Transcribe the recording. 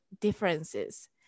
differences